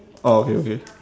orh okay okay